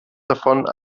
davon